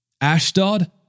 Ashdod